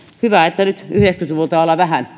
hyvä että nyt ollaan yhdeksänkymmentä luvulta vähän